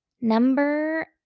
number